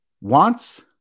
wants